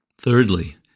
Thirdly